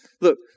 Look